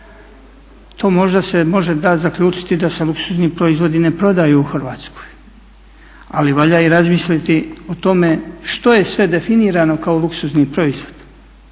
To možda se može dati zaključiti da se luksuzni proizvodi ne prodaju u Hrvatskoj, ali valja razmisliti i o tome što je sve definirano kao luksuzni proizvod.